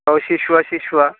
औ सेसुआ सेसुआ